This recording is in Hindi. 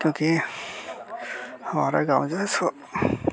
क्योंकि हमारा गाँव जो है